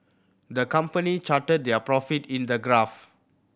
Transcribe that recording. the company charted their profit in the graph